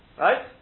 Right